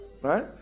right